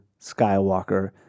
Skywalker